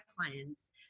clients